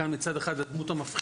מצד אחד אני כאן הדמות המפחידה,